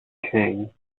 king